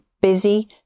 busy